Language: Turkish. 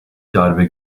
darbe